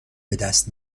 بدست